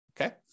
Okay